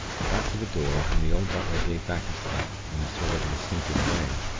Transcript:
i got to the door, and the old butler gave back a step, in a sort of instinctive way.